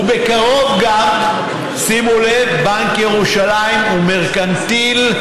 ובקרוב גם, שימו לב, בנק ירושלים ומרכנתיל,